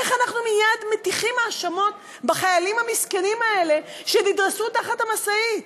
איך אנחנו מייד מטיחים האשמות בחיילים המסכנים האלה שנדרסו תחת המשאית?